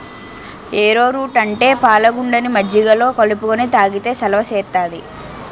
ఏరో route అంటే పాలగుండని మజ్జిగలో కలుపుకొని తాగితే సలవ సేత్తాది